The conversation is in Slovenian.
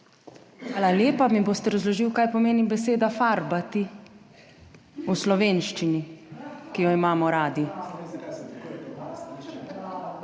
Hvala lepa. Mi boste razložili, kaj pomeni beseda farbati v slovenščini, ki jo imamo radi?